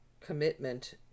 commitment